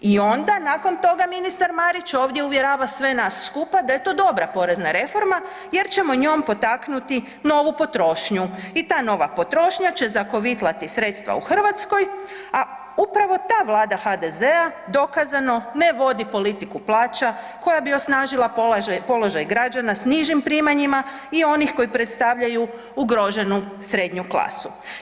I onda nakon toga ministar Marić ovdje uvjerava sve nas skupa da je to dobra porezna reforma jer ćemo njom potaknuti novu potrošnju i ta nova potrošnja će zakovitlati sredstva u Hrvatskoj, a upravo ta vlada HDZ- dokazano ne vodi politiku plaća koja bi osnažila položaj građana s nižim primanjima i onih koji predstavljaju ugroženu srednju klasu.